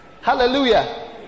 Hallelujah